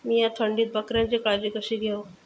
मीया थंडीत बकऱ्यांची काळजी कशी घेव?